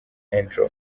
andrew